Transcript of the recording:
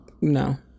No